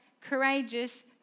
courageous